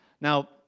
Now